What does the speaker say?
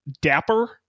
Dapper